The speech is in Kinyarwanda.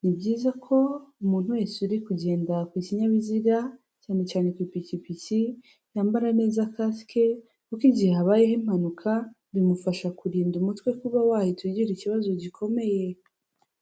Ni byiza ko umuntu wese uri kugenda ku kinyabiziga cyane cyane ku ipikipiki, yambara neza kasike kuko igihe habayeho impanuka bimufasha kurinda umutwe, kuba wahita ugira ikibazo gikomeye.